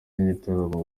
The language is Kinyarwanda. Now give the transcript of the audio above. n’igitaramo